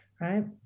Right